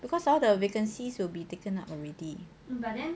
because all the vacancies will be taken up already